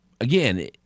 Again